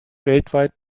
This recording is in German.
weltweit